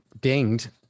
dinged